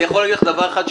אני יכול להגיד לך דבר אחד,